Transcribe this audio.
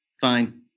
fine